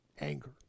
anger